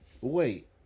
wait